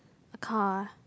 a car